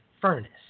furnace